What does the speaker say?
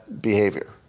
behavior